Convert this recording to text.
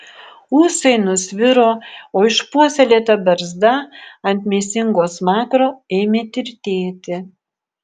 ūsai nusviro o išpuoselėta barzda ant mėsingo smakro ėmė tirtėti